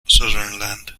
sunderland